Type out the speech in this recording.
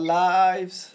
lives